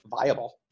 viable